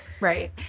Right